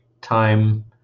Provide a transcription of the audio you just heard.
time